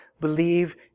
believe